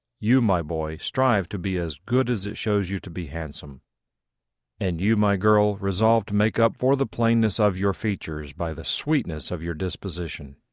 you, my boy, strive to be as good as it shows you to be handsome and you, my girl, resolve to make up for the plainness of your features by the sweetness of your disposition.